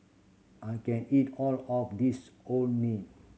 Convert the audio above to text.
I can't eat all of this Orh Nee